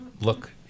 look